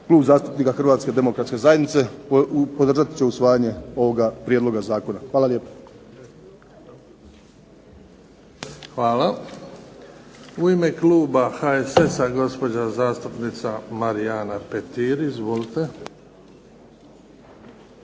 Klub zastupnika Hrvatske demokratske zajednice podržati će usvajanje ovoga prijedloga zakona. Hvala lijepa. **Bebić, Luka (HDZ)** Hvala. U ime kluba HSS-a, gospođa zastupnica Marijana Petir. Izvolite.